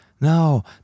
No